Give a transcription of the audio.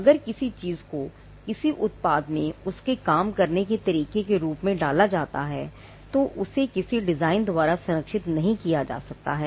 अगर किसी चीज़ को किसी उत्पाद में उसके काम करने के तरीके के रूप में डाला जाता है तो उसे किसी डिज़ाइन द्वारा संरक्षित नहीं किया जा सकता है